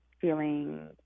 feeling